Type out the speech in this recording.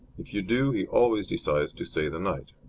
if you do, he always decides to stay the night.